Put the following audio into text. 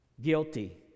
Guilty